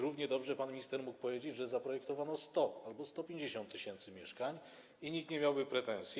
Równie dobrze pan minister mógł powiedzieć, że zaprojektowano 100 albo 150 tys. mieszkań i nikt nie miałby pretensji.